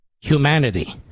humanity